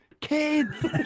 kids